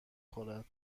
خورد